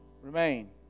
remain